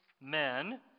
men